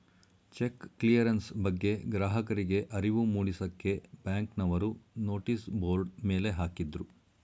check clearance ಬಗ್ಗೆ ಗ್ರಾಹಕರಿಗೆ ಅರಿವು ಮೂಡಿಸಕ್ಕೆ ಬ್ಯಾಂಕ್ನವರು ನೋಟಿಸ್ ಬೋರ್ಡ್ ಮೇಲೆ ಹಾಕಿದ್ರು